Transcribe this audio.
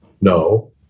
No